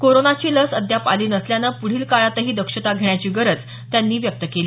कोरोनाची लस अद्याप आली नसल्यानं पुढील काळातही दक्षता घेण्याची गरज मुख्यमंत्र्यांनी व्यक्त केली